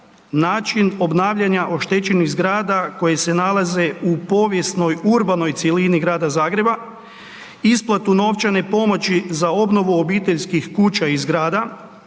način obnavljanja oštećenih zgrada koje se nalaze u povijesnoj urbanoj cjelini Grada Zagreba, isplatu novčane pomoći za obnovu obiteljskih kuća i zgrada,